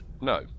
No